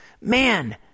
man